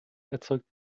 erzeugt